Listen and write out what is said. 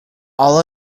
all